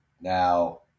now